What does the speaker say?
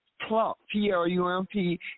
P-L-U-M-P